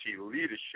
leadership